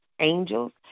angels